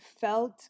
felt